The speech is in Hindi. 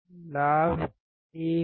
लाभ 1 है